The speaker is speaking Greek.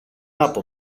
από